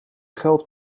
geld